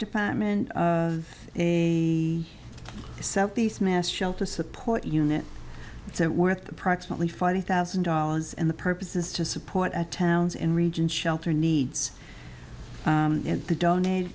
department of a southeast mass shelter support unit so worth approximately forty thousand dollars and the purpose is to support the towns in region shelter needs the donated